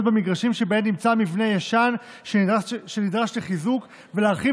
במגרשים שבהם נמצא מבנה ישן שנדרש לחיזוק ולהרחיב